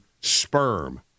sperm